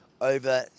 over